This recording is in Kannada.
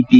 ಟಿ